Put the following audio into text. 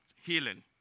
healing